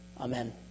Amen